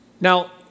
Now